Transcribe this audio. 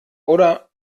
oder